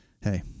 hey